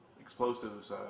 explosives